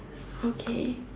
okay